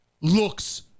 looks